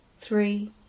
three